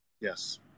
Yes